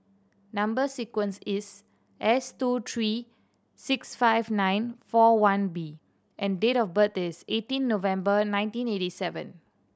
number sequence is S two three six five nine four one B and date of birth is eighteen November nineteen eighty seven